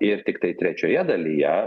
ir tiktai trečioje dalyje